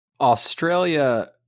Australia